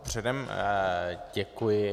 Předem děkuji.